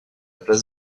place